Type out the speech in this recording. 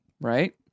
right